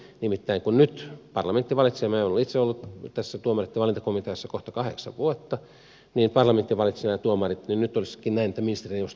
nimittäin kun nyt parlamentti valitsee minä olen itse ollut tässä tuomareitten valintakomiteassa kohta kahdeksan vuotta nämä tuomarit niin nyt olisikin näin että ministerineuvosto yksimielisesti valitsisi nämä tilapäiset tuomarit